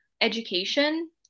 education